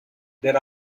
there